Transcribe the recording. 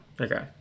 Okay